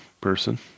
person